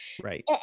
Right